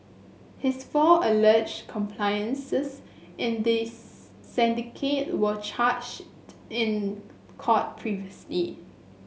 his four alleged accomplices in the syndicate were charged in court previously